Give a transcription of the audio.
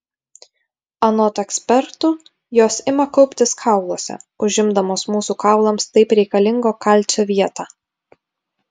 anot ekspertų jos ima kauptis kauluose užimdamos mūsų kaulams taip reikalingo kalcio vietą